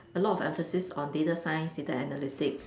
a lot of emphasis on data signs data analytics